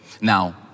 Now